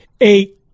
eight